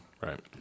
right